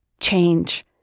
Change